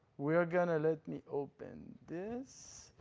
we're going to let me open this.